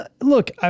Look